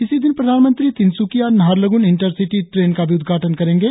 इसी दिन प्रधानमंत्री तिनसुकिया नाहरलगुन इंटरसिटी ट्रेन का भी उद्घाटन करेंगे